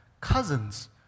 cousins